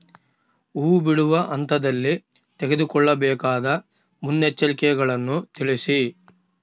ಹೂ ಬಿಡುವ ಹಂತದಲ್ಲಿ ತೆಗೆದುಕೊಳ್ಳಬೇಕಾದ ಮುನ್ನೆಚ್ಚರಿಕೆಗಳನ್ನು ತಿಳಿಸಿ?